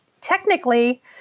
technically